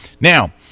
Now